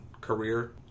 Career